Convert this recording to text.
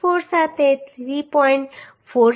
464 સાથે 3